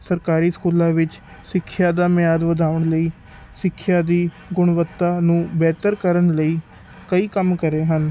ਸਰਕਾਰੀ ਸਕੂਲਾਂ ਵਿੱਚ ਸਿੱਖਿਆ ਦਾ ਮਿਆਰ ਵਧਾਉਣ ਲਈ ਸਿੱਖਿਆ ਦੀ ਗੁਣਵੱਤਾ ਨੂੰ ਬਿਹਤਰ ਕਰਨ ਲਈ ਕਈ ਕੰਮ ਕਰੇ ਹਨ